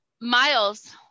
Miles